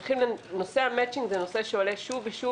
נושא המצ'יגנ הוא נושא שעולה שוב ושוב.